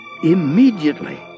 Immediately